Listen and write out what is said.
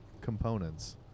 components